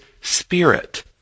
spirit